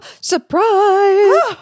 surprise